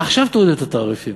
עכשיו תורידו את התעריפים.